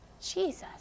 Jesus